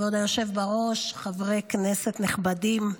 כבוד היושב-ראש, חברי כנסת נכבדים,